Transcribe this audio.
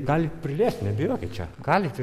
galit priliest nebijokit čia galit